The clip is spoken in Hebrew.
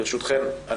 ברשותכן,